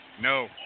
No